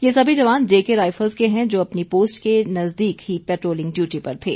ये सभी जवान जेके राईफल्स के हैं जो अपनी पोस्ट के नज़दीक ही पैट्रोलिंग डयूटी पर थे